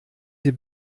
sie